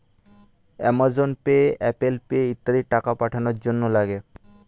Amazon Pay, Apple Pay ইত্যাদি টাকা পাঠানোর জন্যে লাগে